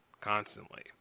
Constantly